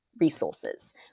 resources